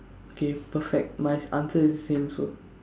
okay perfect my answer is the same also